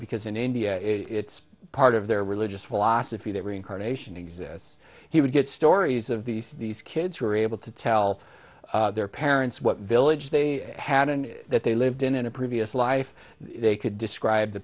because in india it's part of their religious philosophy that reincarnation exists he would get stories of these these kids were able to tell their parents what village they had and that they lived in a previous life they could describe the